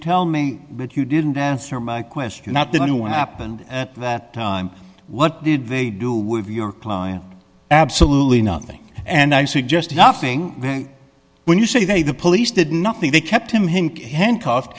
tell me that you didn't answer my question not that anyone happened at that time what did they do with your client absolutely nothing and i suggest nothing when you say the police did nothing they kept him him handcuffed